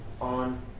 on